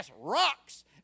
rocks